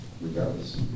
regardless